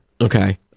Okay